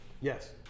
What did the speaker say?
Yes